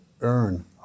earn